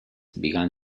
began